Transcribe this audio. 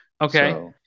Okay